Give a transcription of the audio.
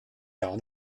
gar